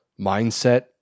mindset